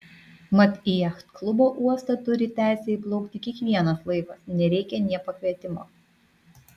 mat į jachtklubo uostą turi teisę įplaukti kiekvienas laivas nereikia nė pakvietimo